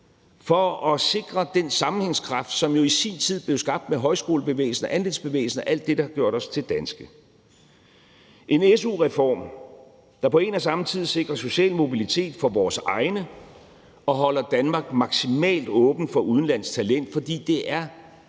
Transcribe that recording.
for at sikre den sammenhængskraft, som jo i sin tid blev skabt af højskolebevægelsen og andelsbevægelsen og alt det, der har gjort os til danske; en su-reform, der på en og samme tid sikrer social mobilitet for vores egne og holder Danmark maksimalt åben for udenlandsk talent, for det er